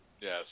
Yes